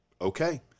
Okay